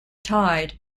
tied